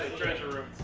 treasure room.